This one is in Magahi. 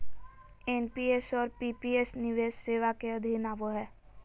एन.पी.एस और पी.पी.एस निवेश सेवा के अधीन आवो हय